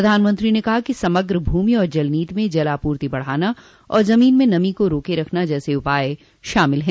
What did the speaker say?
प्रधानमंत्री ने कहा कि समग्र भूमि और जल नीति में जल आपूर्ति बढ़ाना और जमीन में नमी को रोके रखना जैसे उपाय शामिल हैं